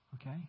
Okay